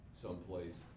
someplace